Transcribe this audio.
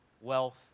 wealth